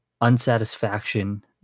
unsatisfaction